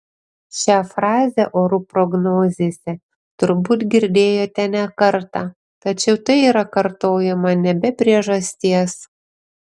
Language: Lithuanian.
šią frazę orų prognozėse turbūt girdėjote ne kartą tačiau tai yra kartojama ne be priežasties